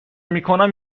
میکنم